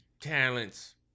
talents